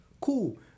Cool